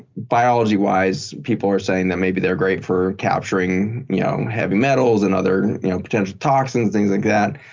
biology-wise, people are saying that maybe they're great for capturing you know heavy metals and other potential toxins, things like that.